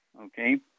okay